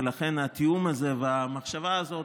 ולכן התיאום הזה והמחשבה הזאת